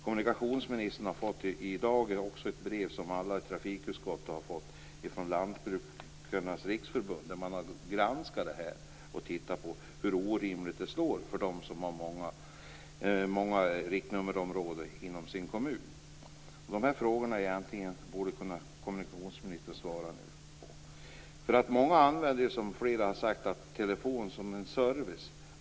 Kommunikationsministern har i dag fått ett brev som alla i trafikutskottet också har fått. Det är från Lantbrukarnas riksförbund. Man har granskat förslaget och sett hur orimligt det slår för dem som har många riktnummerområden inom sin kommun. De här frågorna borde kommunikationsministern kunna svara på. Många använder ju telefonen som en service.